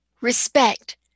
respect